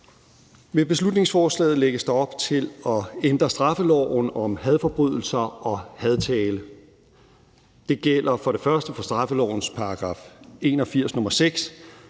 Med beslutningsforslaget lægges der op til at ændre straffeloven om hadforbrydelser og hadtale. Det gælder for det første for straffelovens § 81, nr. 6.